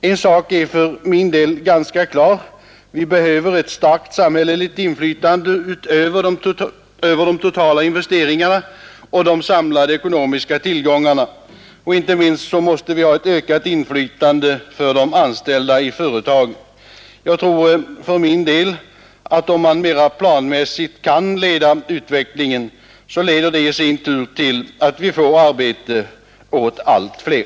En sak är för mig ganska klar: vi behöver ett starkt samhälleligt inflytande över de totala investeringarna och de samlade ekonomiska tillgångarna, och inte minst måste de anställda i företagen få ett ökat inflytande. Jag tror för min del att om man mer planmässigt kan leda utvecklingen så leder detta i sin tur till att vi kan få arbete åt allt fler.